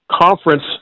conference